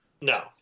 No